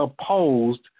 opposed